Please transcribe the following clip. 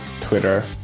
Twitter